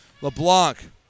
LeBlanc